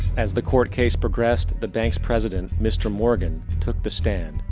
as the court case progressed, the bank's president mr. morgan took the stand.